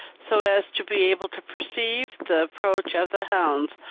so as to be able to perceive the approach of the hounds,